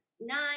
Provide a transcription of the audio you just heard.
nine